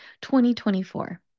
2024